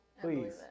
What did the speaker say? please